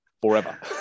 forever